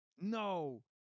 No